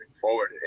forward